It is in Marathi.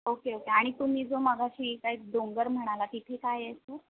ओके ओके आणि तुम्ही जो माघाशी काय डोंगर म्हणाला तिथे काय आहे तर